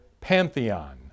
pantheon